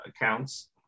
accounts